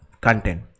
content